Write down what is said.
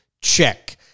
check